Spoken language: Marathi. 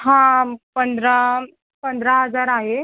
हां पंधरा पंधरा हजार आहे